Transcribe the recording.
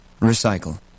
Recycle